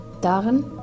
Darin